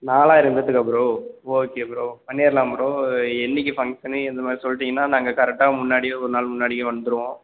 நாலாயிரம் பேர்த்துக்கா bro okay bro பண்ணிடலாம் ப்ரோ என்றைக்கி ஃபங்க்ஷனு எந்த மாதிரி சொல்லிட்டீங்கன்னா நாங்கள் கரெக்டாக முன்னாடியே ஒரு நாள் முன்னாடியே வந்துடுவோம்